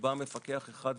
ובא מפקח אחד ויחיד,